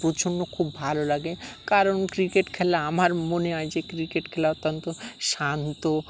প্রচণ্ড খুব ভালো লাগে কারণ ক্রিকেট খেলা আমার মনে হয় যে ক্রিকেট খেলা অত্যন্ত শান্ত